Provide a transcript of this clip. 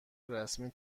رسمی